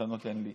שאתה נותן לי.